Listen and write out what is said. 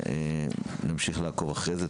אנחנו נמשיך לעקוב אחרי זה.